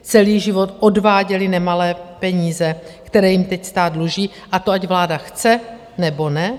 Celý život odváděli nemalé peníze, které jim teď stát dluží, a to ať vláda chce, nebo ne.